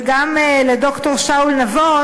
וגם לד"ר שאול נבון,